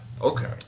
Okay